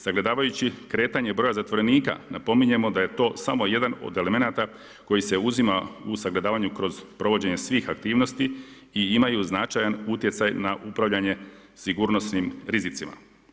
Sagledavajući kretanje broja zatvorenika napominjemo da je to samo jedan od elemenata koji se uzima u sagledavanju kroz provođenje svih aktivnosti i imaju značajan utjecaj na upravljanje sigurnosnim rizicima.